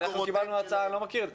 אני פשוט לא מכיר את זה.